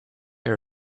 her